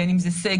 בין אם זה סגר,